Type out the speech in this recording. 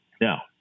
Now